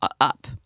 up